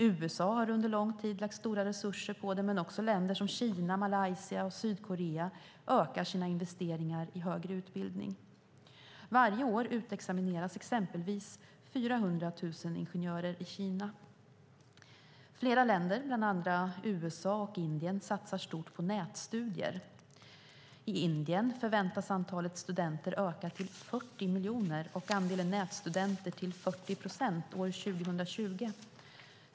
USA har under lång tid lagt stora resurser på dem, och även länder som Kina, Malaysia och Sydkorea ökar sina investeringar i högre utbildning. Varje år utexamineras exempelvis 400 000 ingenjörer i Kina. Flera länder, bland andra USA och Indien, satsar stort på nätstudier. I Indien förväntas antalet studenter öka till 40 miljoner och andelen nätstudenter till 40 procent år 2020.